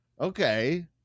Okay